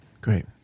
Great